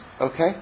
Okay